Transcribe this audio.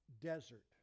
desert